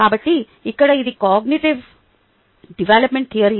కాబట్టి ఇక్కడ ఇది కాగ్నిటివ్ డెవలప్మెంట్ థియరీ